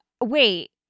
wait